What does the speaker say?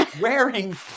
Wearing